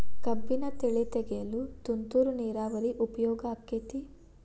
ಕಬ್ಬಿನ ಬೆಳೆ ತೆಗೆಯಲು ತುಂತುರು ನೇರಾವರಿ ಉಪಯೋಗ ಆಕ್ಕೆತ್ತಿ?